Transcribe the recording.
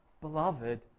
Beloved